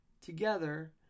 together